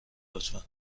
لطفا